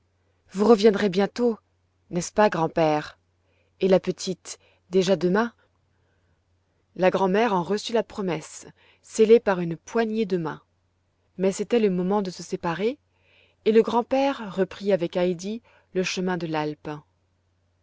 vous reviendrez bientôt n'est-ce pas grand-père et la petite déjà demain la grand'mère en reçut la promesse scellée par une poignée de main mais c'était le moment de se séparer et le grand-père reprit avec heidi le chemin de l'alpe